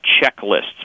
checklists